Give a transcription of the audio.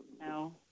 No